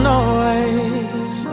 noise